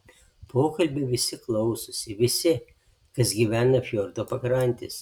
pokalbių visi klausosi visi kas gyvena fjordo pakrantėse